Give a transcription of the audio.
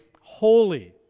holy